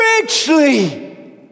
richly